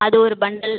அது ஒரு பண்டில்